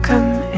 Come